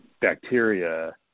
bacteria